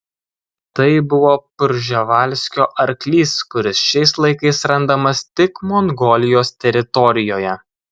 tai buvo prževalskio arklys kuris šiais laikais randamas tik mongolijos teritorijoje